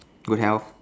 good health